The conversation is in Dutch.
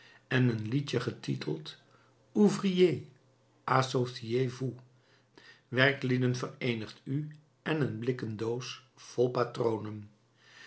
en een liedje getiteld ouvriers associez vous werklieden vereenigt u en een blikken doos vol patronen